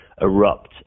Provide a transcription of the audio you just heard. erupt